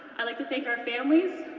i'd like to thank our families,